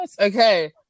Okay